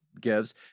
gives